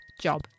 job